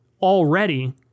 already